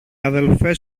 αδελφές